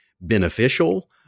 beneficial